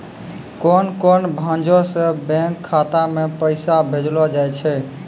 कोन कोन भांजो से बैंक खाता मे पैसा भेजलो जाय छै?